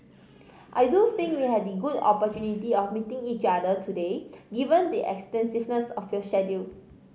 I do think we had the good opportunity of meeting each other today given the extensiveness of your schedule